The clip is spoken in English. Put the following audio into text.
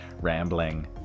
rambling